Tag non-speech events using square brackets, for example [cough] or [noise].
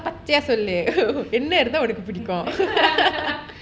பச்சையா சொல்லு:pacchaiya sollu [laughs] என்ன இருந்த உனக்கு பிடிக்கும்:enna iruntha unakku pidikkum